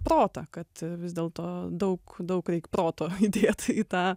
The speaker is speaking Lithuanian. protą kad vis dėlto daug daug reik proto įdėt į tą